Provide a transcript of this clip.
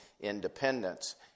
independence